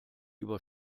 über